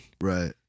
Right